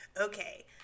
Okay